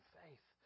faith